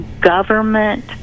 government